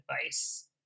advice